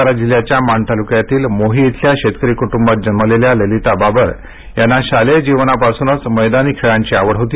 सातारा जिल्ह्याच्या माण तालुक्यातील मोही इथल्या शेतकरी कुटुंबात जन्मलेल्या ललिता बाबर यांना शालेय जीवनापासूनच मैदानी खेळांची आवड होती